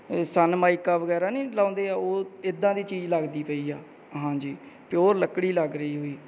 ਸਨਮਾਈਕਾ ਵਗੈਰਾ ਨਹੀਂ ਲਗਾਉਂਦੇ ਹਾਂ ਉਹ ਇੱਦਾਂ ਦੀ ਚੀਜ਼ ਲੱਗਦੀ ਪਈ ਆ ਹਾਂਜੀ ਪਿਓਰ ਲੱਕੜੀ ਲੱਗ ਰਹੀ ਹੋਈ